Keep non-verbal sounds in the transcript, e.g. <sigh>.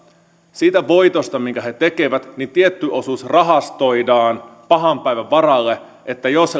siitä voitosta minkä he tekevät tietty osuus rahastoidaan pahan päivän varalle eli jos <unintelligible>